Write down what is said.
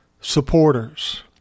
supporters